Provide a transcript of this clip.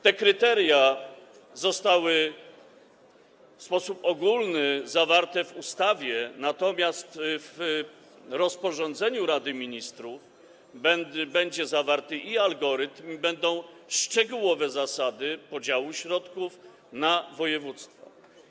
Te kryteria zostały w sposób ogólny zawarte w ustawie, natomiast w rozporządzeniu Rady Ministrów będzie zawarty algorytm i będą szczegółowe zasady podziału środków na województwa.